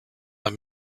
let